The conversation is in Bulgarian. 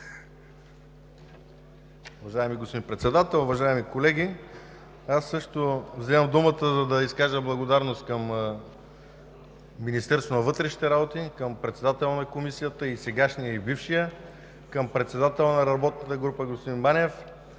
Уважаеми господин Председател, уважаеми колеги! Аз също взимам думата, за да изкажа благодарност към Министерството на вътрешните работи, към председателя на Комисията – и сегашния, и бившия, към председателя на работната група – господин Манев,